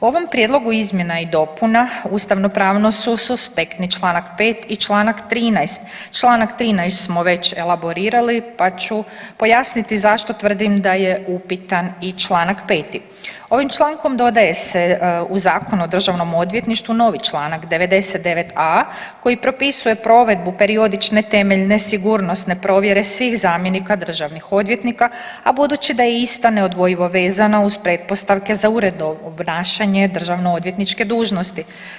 Ovom prijedlogu izmjena i dopuna ustavno pravno su suspektni Članka 5. i Članak 13., Članak 13. smo već elaborirali pa ću pojasniti zašto tvrdim da je upitan i Članak 5. Ovim člankom dodaje se u Zakon o državnom odvjetništvu novi Članak 99a. koji propisuje provedbu periodične temeljne sigurnosne provjere svih zamjenika državnih odvjetnika, a budući da je ista neodvojivo vezana uz pretpostavke za uredno obnašanje državno odvjetničke dužnosti.